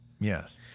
Yes